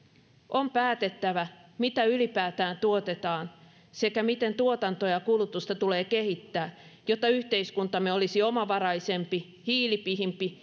on päätettävä mitä ylipäätään tuotetaan sekä miten tuotantoa ja kulutusta tulee kehittää jotta yhteiskuntamme olisi omavaraisempi hiilipihimpi